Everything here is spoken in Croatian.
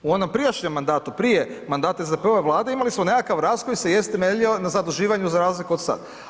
U onom prijašnjem mandatu, prije mandata za prve Vlade imali smo nekakav rast koji se jest temeljio na zaduživanju za razliku od sad.